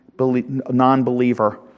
non-believer